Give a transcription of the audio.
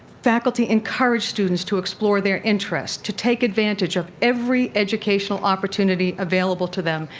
faculty encourage students to explore their interests, to take advantage of every educational opportunity available to them,